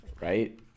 right